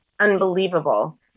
unbelievable